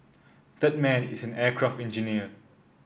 that man is an aircraft engineer